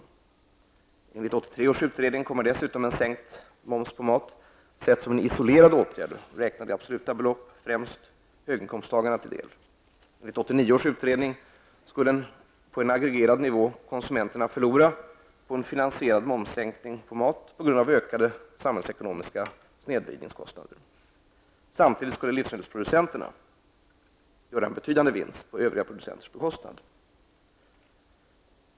Enligt 1983 års utredning kommer dessutom en sänkt moms på mat sett som en isolerad åtgärd, och räknat i absoluta belopp, främst höginkomsttagarna till del. Enligt 1989 års utredning skulle, på en aggregerad nivå, konsumenterna förlora på en finansierad momssänkning på mat på grund av ökade samhällsekonomiska snedvridningskostnader. Samtidigt skulle livsmedelsproducenterna göra en betydande vinst på övriga producenters bekostnad.